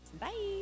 Bye